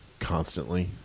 Constantly